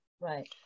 right